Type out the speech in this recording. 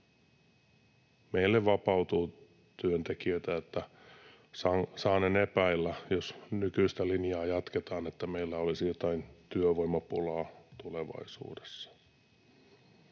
Meille vapautuu työntekijöitä, eli saanen epäillä, jos nykyistä linjaa jatketaan, että meillä olisi jotain työvoimapulaa tulevaisuudessa.